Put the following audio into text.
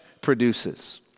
produces